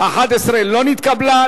11 לא נתקבלה,